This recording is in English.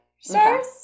stars